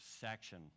section